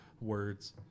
words